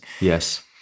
Yes